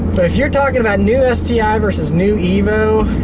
but if you're talking about new ah sti versus new evo.